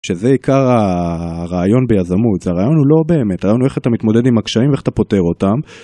שזה עיקר הרעיון ביזמות, הרעיון הוא לא באמת, הרעיון הוא איך אתה מתמודד עם הקשיים ואיך אתה פותר אותם.